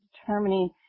determining